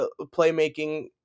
playmaking